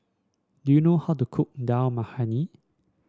do you know how to cook Dal Makhani